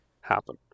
happen